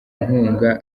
inkunga